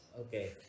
Okay